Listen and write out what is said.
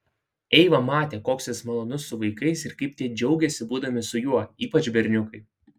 eiva matė koks jis malonus su vaikais ir kaip tie džiaugiasi būdami su juo ypač berniukai